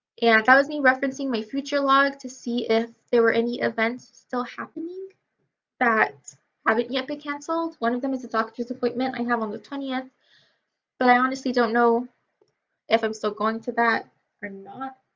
yeah that was me referencing my future log to see if there were any events still happening that haven't yet be cancelled. one of them is a doctor's appointment i have on the twentieth but i honestly don't know if i'm still going to that or not.